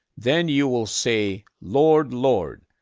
then you will say lord, lord,